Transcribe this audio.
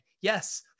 yes